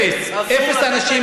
אפס.